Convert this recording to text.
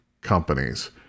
companies